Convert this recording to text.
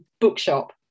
bookshop